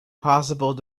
possible